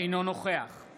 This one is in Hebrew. אינו נוכח יואב